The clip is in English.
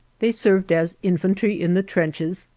they served as infantry in the trenches,